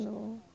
no